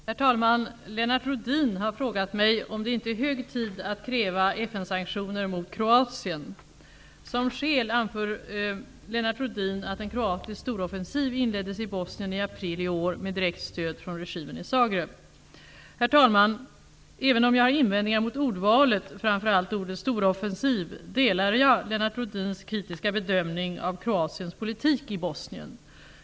Herr talman! Lennart Rohdin har frågat mig om det inte är hög tid att kräva FN-sanktioner mot Kroatien. Som skäl anför Lennart Rohdin att en kroatisk storoffensiv inleddes i Bosnien i april i år med direkt stöd från regimen i Zagreb. Herr talman! Även om jag har invändningar mot ordvalet, framför allt ordet ''storoffensiv'', delar jag Lennart Rohdins kritiska bedömning av Kroatiens politik i Bosnien.